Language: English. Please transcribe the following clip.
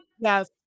Yes